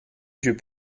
yeux